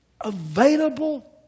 available